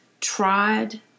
tried